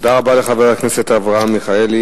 תודה לחבר הכנסת אברהם מיכאלי.